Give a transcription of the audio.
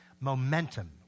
Momentum